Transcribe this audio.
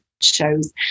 shows